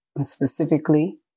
specifically